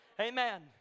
Amen